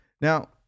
Now